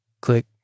click